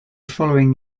following